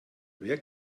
wer